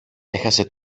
έχασε